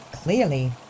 Clearly